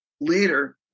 leader